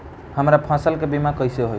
हमरा फसल के बीमा कैसे होई?